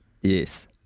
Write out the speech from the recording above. Yes